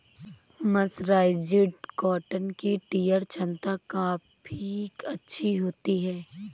mercerised cotton की tear छमता काफी अच्छी होती है